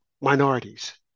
Minorities